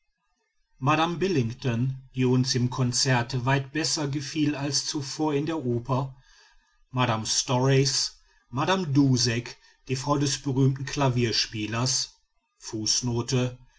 mme billington die uns im konzerte weit besser gefiel als zuvor in der oper mme storace mme dusseck die frau des berühmten klavierspielers